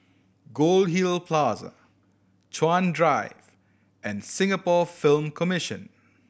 Goldhill Plaza Chuan Drive and Singapore Film Commission